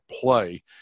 play